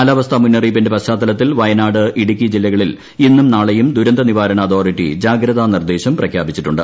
കാലാവസ്ഥാ മുന്നറിയിപ്പിന്റെ പശ്ചാത്തലത്തിൽ വയനാട് ഇടുക്കി ജില്ലകളിൽ ഇന്നും നാളെയും ദുരന്ത നിവാരണ അതോറിറ്റി ജാഗ്രതാ നിർദ്ദേശം പ്രഖ്യാപിച്ചിട്ടുണ്ട്